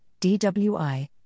DWI